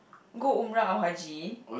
go Umrah or Haji